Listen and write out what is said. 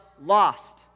lost